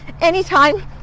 anytime